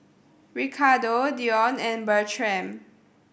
Ricardo Dion and Bertram